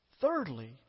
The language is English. Thirdly